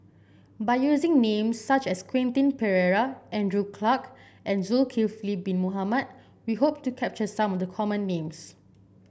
by using names such as Quentin Pereira Andrew Clarke and Zulkifli Bin Mohamed we hope to capture some of the common names